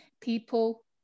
people